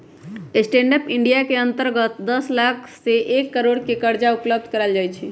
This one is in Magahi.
स्टैंड अप इंडिया के अंतर्गत दस लाख से एक करोड़ के करजा उपलब्ध करायल जाइ छइ